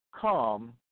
come